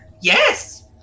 Yes